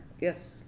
Yes